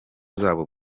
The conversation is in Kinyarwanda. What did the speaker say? zabo